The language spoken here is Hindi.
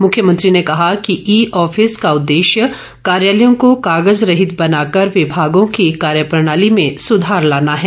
मुख्यमंत्री ने कहा कि ई ऑफिस का उददेश्य कार्यालयों को कागज सहित बनाकर विभागों की कार्य प्रणाली में सुधार लाना है